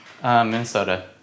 Minnesota